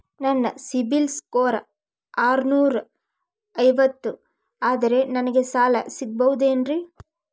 ನನ್ನ CIBIL score ಆರನೂರ ಐವತ್ತು ಅದರೇ ನನಗೆ ಸಾಲ ಸಿಗಬಹುದೇನ್ರಿ?